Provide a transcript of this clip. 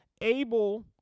able